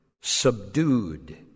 subdued